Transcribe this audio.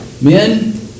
Men